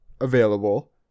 available